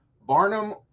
Barnum